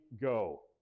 go